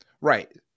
Right